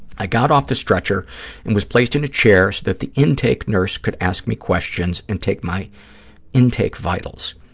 i got off the stretcher and was placed in a chair so that the intake nurse could ask me questions and take my intake vitals.